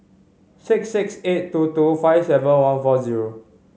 six six eight two two five seven one four zero